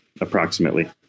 approximately